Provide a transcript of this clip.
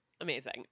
Amazing